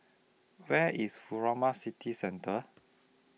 Where IS Furama City Centre